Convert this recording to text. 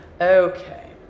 okay